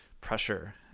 pressure